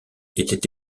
était